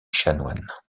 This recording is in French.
chanoines